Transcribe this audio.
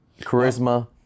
charisma